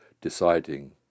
deciding